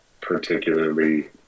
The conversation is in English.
particularly